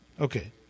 Okay